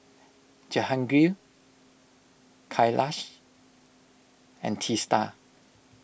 Jehangirr Kailash and Teesta